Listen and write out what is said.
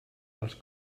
dels